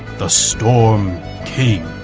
the storm king.